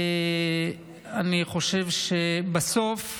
אני חושב שבסוף,